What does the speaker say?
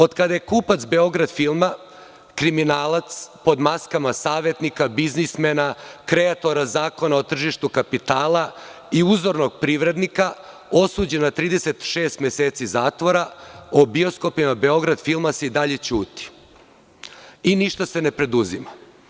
Od kada je kupac „Beograd filma“ kriminalac, pod maskama savetnika biznismena, kreatora Zakona o tržištu kapitala i uzornog privrednika osuđen na 36 meseci zatvora, o bioskopima „Beograd filma“ se i dalje ćuti i ništa se ne preduzima.